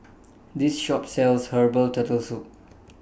This Shop sells Herbal Turtle Soup